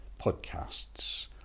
podcasts